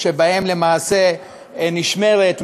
שבהם למעשה נשמרת,